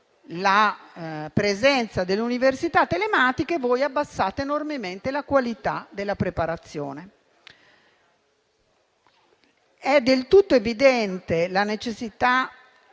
la presenza delle università telematiche, voi abbassate enormemente la qualità della preparazione. È del tutto evidente la necessità,